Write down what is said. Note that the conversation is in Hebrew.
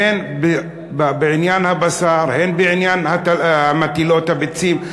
הן בעניין הבשר, הן בעניין מטילות הביצים?